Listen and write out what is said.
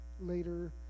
later